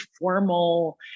formal